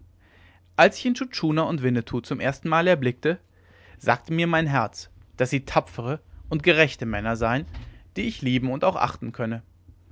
als ich intschu tschuna und winnetou zum erstenmale erblickte sagte mir mein herz daß sie tapfere und gerechte männer seien die ich lieben und auch achten könne